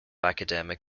academic